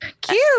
Cute